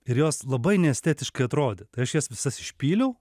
ir jos labai neestetiškai atrodė tai aš jas visas išpyliau